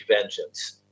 vengeance